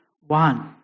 one